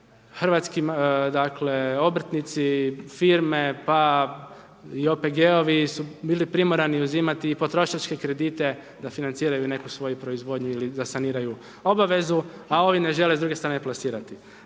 dakle, obrtnici, firme, pa i OPG-ovi su bili primorani uzimati i potrošačke kredite da financiraju neku svoju proizvodnju ili da saniraju obavezu, a ovi ne žele s druge strane plasirati.